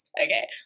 okay